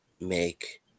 make